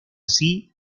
así